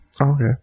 Okay